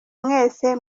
mwese